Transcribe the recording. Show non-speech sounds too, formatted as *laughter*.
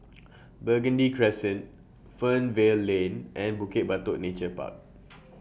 *noise* Burgundy Crescent Fernvale Lane and Bukit Batok Nature Park *noise*